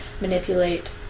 manipulate